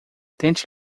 tente